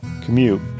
commute